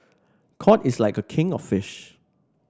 cod is like a king of fish